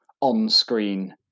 on-screen